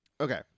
Okay